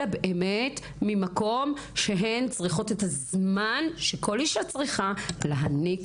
אלא באמת ממקום שהן צריכות את הזמן שכל אישה צריכה להניק,